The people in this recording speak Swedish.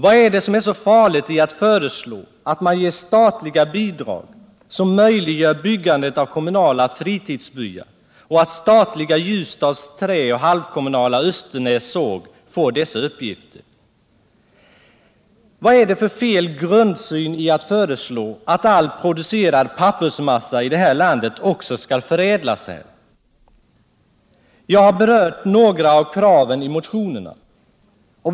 Vad är det som är så farligt i att föreslå att man ger statliga bidrag, som möjliggör byggandet av kommunala fritidsbyar och att statliga Ljusdals Träprodukter AB och halvkommunala Östernäs Sågverk AB får dessa uppgifter? Vad är det för fel grundsyn i att föreslå att all producerad pappersmassa i det här landet också skall förädlas här? Jag har berört några av kraven i motionerna.